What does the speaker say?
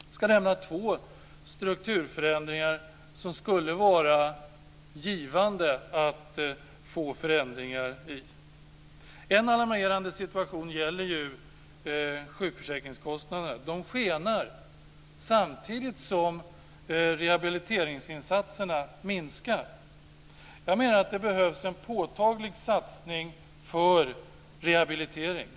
Jag ska nämna två strukturförändringar som skulle vara givande. En alarmerande situation gäller sjukförsäkringskostnaderna, som skenar samtidigt som rehabiliteringsinsatserna minskar. Jag menar att det behövs en påtaglig satsning för rehabilitering.